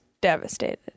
devastated